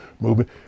movement